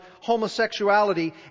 homosexuality